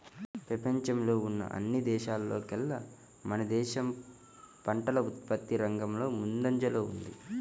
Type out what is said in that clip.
పెపంచంలో ఉన్న అన్ని దేశాల్లోకేల్లా మన దేశం పంటల ఉత్పత్తి రంగంలో ముందంజలోనే ఉంది